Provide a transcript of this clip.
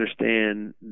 understand